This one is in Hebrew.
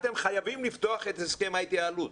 אתם חייבים לפתוח את הסכם ההתייעלות.